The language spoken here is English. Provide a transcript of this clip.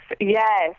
yes